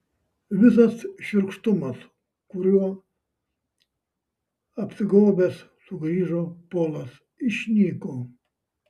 visas šiurkštumas kuriuo apsigaubęs sugrįžo polas išnyko